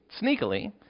sneakily